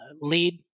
lead